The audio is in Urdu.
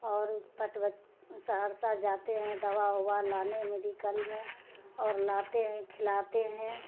اور سہرسہ جاتے ہیں دوا اووا لانے میڈیکل میں اور لاتے ہیں کھلاتے ہیں